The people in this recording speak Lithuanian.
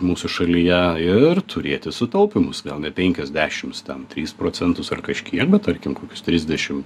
mūsų šalyje ir turėti sutaupymus gal ne penkiasdešims tris procentus ar kažkiek bet tarkim kokius trisdešim